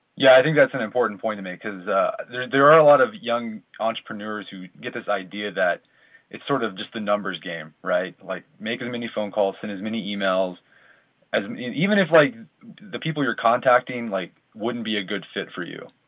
yeah. i think that's an important point to make, because there there are a lot of young entrepreneurs who get this idea that it's sort of just the numbers game, right like make as many phone calls, send as many emails and even if like the people you're contacting like wouldn't be a good fit for you,